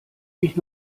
mich